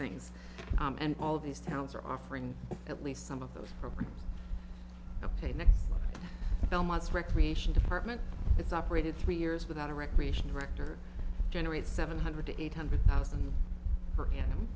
things and all these towns are offering at least some of those for a painting belmont's recreation department it's operated three years without a recreation director generates seven hundred to eight hundred thousand for and